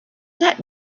that